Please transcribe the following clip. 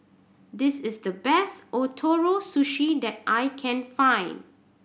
this is the best Ootoro Sushi that I can find